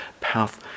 path